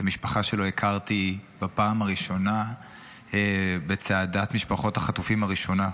את המשפחה שלו הכרתי בפעם הראשונה בצעדת משפחות החטופים הראשונה.